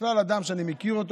ובכלל אדם, אני מכיר אותו